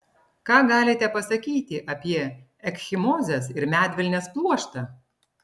ką galite pasakyti apie ekchimozes ir medvilnės pluoštą